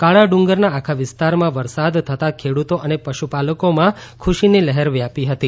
કાળા ડુંગરના આખા વિસ્તારમાં વરસાદ થતા ખેડૂતો અને પશુપાલકોમાં ખુશીની લહેર વ્યાપી હતી